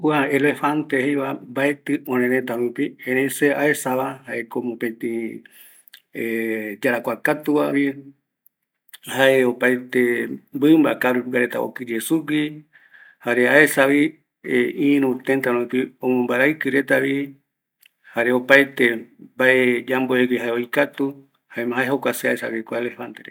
Kua elefante jeiva mbaetɨ örërëta rupi, erei se aesa va, jaeko mopetɨ, ee yarakuakatuva vi, jae, opaete mɨmba kaa rupigua reta okɨye sugui, jare aesavi ïru tëtärupi ombo mbaraɨkɨ reta vi, jare opaete mbae yamboegue oikatu vi, jae jokua se aesague